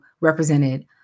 represented